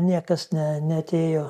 niekas ne neatėjo